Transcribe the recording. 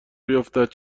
بیفتد